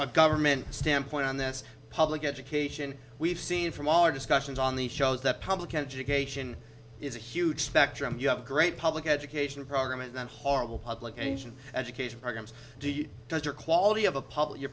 a government standpoint on this public education we've seen from all our discussions on the shows that public education is a huge spectrum you have a great public education program and that horrible public engine education programs do you does your quality of